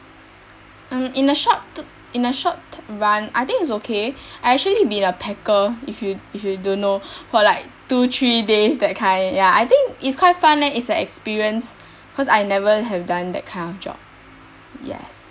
um in the short te~ in the short run I think it's okay I actually been a packer if you if you don't know for like two three days that kind ya I think is quite fun leh it's an experience cause I never have done that kind of job yes